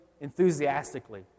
enthusiastically